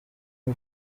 n’u